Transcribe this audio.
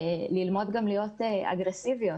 ללמוד להיות גם אגרסיביות.